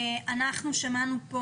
אנחנו נמצאים פה